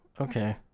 Okay